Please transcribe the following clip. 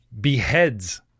beheads